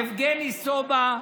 יבגני סובה,